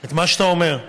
את מה שאתה אומר.